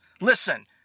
Listen